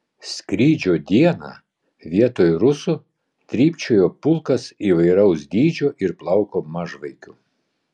skrydžio dieną vietoj rusų trypčiojo pulkas įvairaus dydžio ir plauko mažvaikių